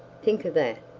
think of that.